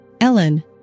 Ellen